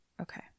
Okay